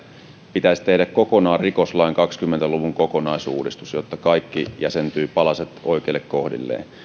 pitäisi tehdä kokonaan rikoslain kahdenkymmenen luvun kokonaisuudistus jotta kaikki palaset jäsentyvät oikeille kohdilleen